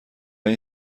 این